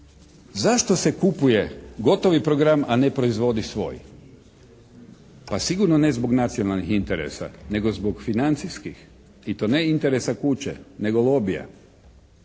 Zašto se kupuje gotov program a ne proizvodi svoj? Pa sigurno ne zbog nacionalnih interesa nego zbog financijskih interesa. I to ne interesa kuće nego lobija.